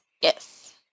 Yes